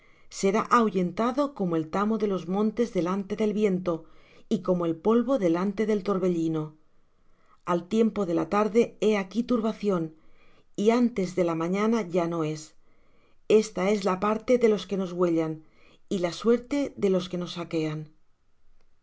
será ahuyentado como el tamo de los montes delante del viento y como el polvo delante del torbellino al tiempo de la tarde he aquí turbación y antes de la mañana ya no es esta es la parte de los que nos huellan y la suerte de los que nos saquean